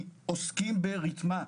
עוסקים ברתמה.